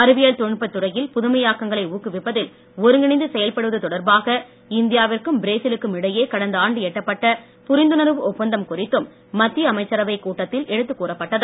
அறிவியல் தொழில்நுட்பத் ஊக்குவிப்பதில் துறையில் புதுமையாக்கங்களை ஒருகிணைந்து செயல்படுவது தொடர்பாக இந்தியாவிற்கும் பிரேசிலுக்கும் இடையே கடந்த ஆண்டு எட்டப்பட்ட புரிந்தணர்வு ஒப்பந்தம் குறித்தும் மத்திய அமைச்சரவைக் கூட்டத்தில் எடுத்துக் கூறப்பட்டது